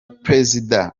prezida